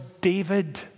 David